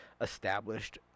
established